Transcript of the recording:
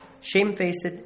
shamefaced